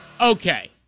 Okay